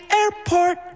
airport